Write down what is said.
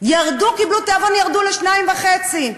קיבלו תיאבון וירדו לשתיים-וחצי.